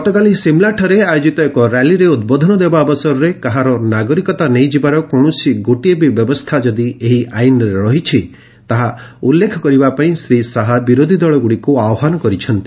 ଗତକାଲି ସମ୍ଳାଠାରେ ଆୟୋଜିତ ଏକ ର୍ୟାଲିରେ ଉଦ୍ବୋଧନ ଦେବା ଅବସରରେ କାହାର ନାଗରିକତା ନେଇଯିବାର କୌଣସି ଗୋଟିଏ ବି ବ୍ୟବସ୍ଥା ଯଦି ଏହି ଆଇନରେ ରହିଛି ତାହା ଉଲ୍ଲେଖ କରିବାପାଇଁ ଶ୍ରୀ ଶାହା ବିରୋଧିଦଳଗୁଡ଼ିକୁ ଆହ୍ୱାନ କରିଛନ୍ତି